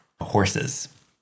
Horses